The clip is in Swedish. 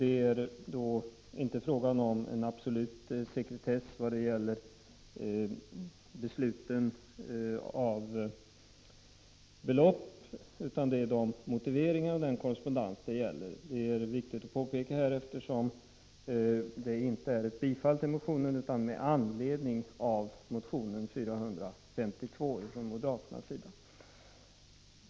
Det är inte fråga om en absolut sekretess vad gäller beslut om belopp, utan vad det är fråga om är motiveringar och korrespondens. Det är viktigt att detta påpekas, eftersom vi i reservationen inte yrkat bifall till motionen utan föreslagit att riksdagen med anledning av den moderata motionen 452 som sin mening ger regeringen till känna vad utskottet anfört.